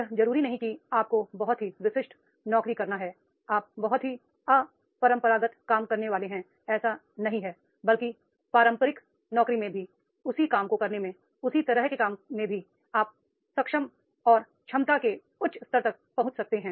यह जरूरी नहीं है कि आपको बहुत ही विशिष्ट नौकरी करना है आप बहुत ही अपरंपरागत काम करने वाले हैं ऐसा नहीं है बल्कि पारंपरिक नौकरी में भी उसी काम को करने में उसी तरह के काम में भी आप क्षमता के उच्च स्तर तक पहुँच सकते हैं